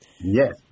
Yes